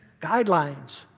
guidelines